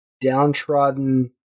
downtrodden